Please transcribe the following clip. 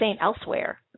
elsewhere